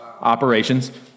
operations